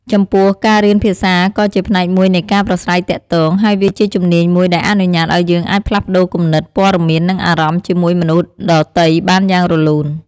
ចំពោះ ការរៀនភាសាក៏ជាផ្នែកមួយនៃការប្រាស្រ័យទាក់ទង ហើយវាជាជំនាញមួយដែលអនុញ្ញាតឲ្យយើងអាចផ្លាស់ប្ដូរគំនិត ព័ត៌មាន និងអារម្មណ៍ជាមួយមនុស្សដទៃបានយ៉ាងរលូន។។